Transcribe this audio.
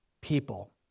people